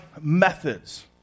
methods